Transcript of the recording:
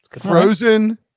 Frozen